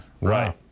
right